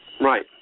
Right